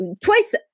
twice